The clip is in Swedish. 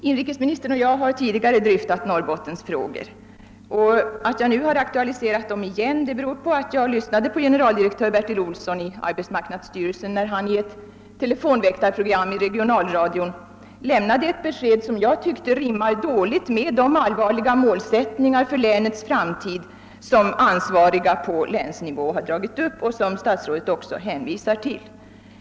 Inrikesministern och jag har tidigare dryftat Norrbottensfrågor, och att jag nu har aktualiserat dem igen beror på att jag lyssnade till generaldirektör Bertil Olsson i arbetsmarknadsstyrelsen, när han i ett telefonväktarprogram i regionalradion lämnade ett besked som jag tycker rimmar dåligt med de allvarliga målsättningar för länets framtid som ansvariga på länsnivå har dragit upp och som statsrådet också hänvisar till.